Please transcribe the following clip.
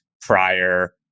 prior